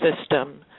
system